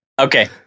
Okay